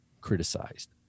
criticized